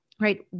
right